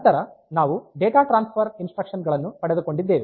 ನಂತರ ನಾವು data transfer instruction ಗಳನ್ನು ಪಡೆದುಕೊಂಡಿದ್ದೇವೆ